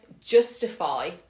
justify